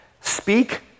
Speak